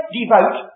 devote